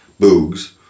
Boogs